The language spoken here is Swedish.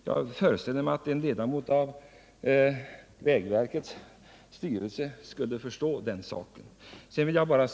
Jag förställde mig att en ledamot av vägverkets styrelse skulle förstå den saken.